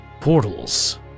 portals